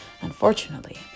unfortunately